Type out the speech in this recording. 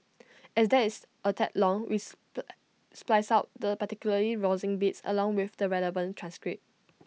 as that is A tad long with the spliced out the particularly rousing bits along with the relevant transcript